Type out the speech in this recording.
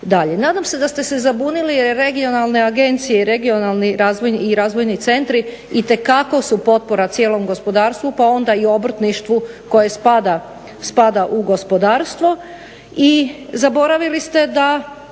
Nadam se da ste se zabunili jer regionalne agencije i regionalni razvojni centri … /Govornica se ne razumije./… gospodarstvu pa onda i obrtništvu koje spada u gospodarstvo.